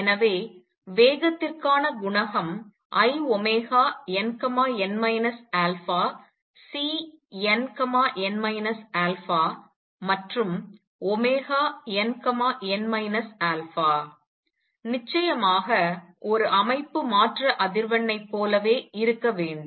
எனவே வேகத்திற்கான குணகம் inn αCnn α மற்றும் nn α நிச்சயமாக ஒரு அமைப்பு மாற்ற அதிர்வெண்ணை போலவே இருக்க வேண்டும்